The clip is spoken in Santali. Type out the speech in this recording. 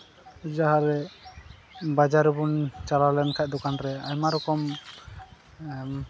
ᱡᱟᱦᱟᱸ ᱨᱮ ᱵᱟᱡᱟᱨ ᱨᱮᱵᱚᱱ ᱪᱟᱞᱟᱣ ᱞᱮᱱ ᱠᱷᱟᱡ ᱫᱚᱠᱟᱱ ᱨᱮ ᱟᱭᱢᱟ ᱨᱚᱠᱚᱢ